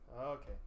Okay